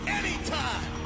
anytime